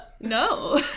no